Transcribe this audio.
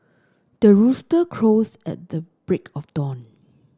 the rooster crows at the break of dawn